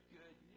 good